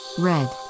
red